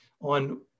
on